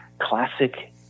classic